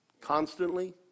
Constantly